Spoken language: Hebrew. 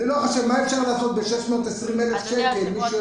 מה אפשר לעשות ב-620,000 שקלים.